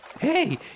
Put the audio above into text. Hey